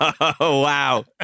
Wow